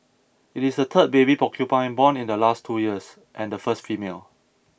it is the third baby porcupine born in the last two years and the first female